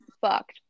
fucked